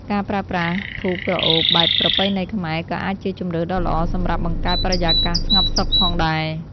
ការប្រើប្រាស់ធូបក្រអូបបែបប្រពៃណីខ្មែរ ក៏អាចជាជម្រើសដ៏ល្អសម្រាប់បង្កើតបរិយាកាសស្ងប់សុខផងដែរ។